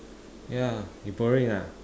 ya you borrowing ah